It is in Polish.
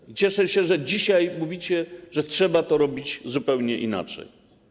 I cieszę się, że dzisiaj mówicie, że trzeba to robić zupełnie inaczej.